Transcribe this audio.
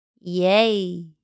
Yay